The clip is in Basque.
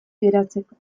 geratzeko